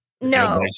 No